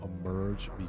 emerge